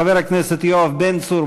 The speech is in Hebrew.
חבר הכנסת יואב בן צור,